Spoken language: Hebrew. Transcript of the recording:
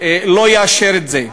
לא יאשר את זה.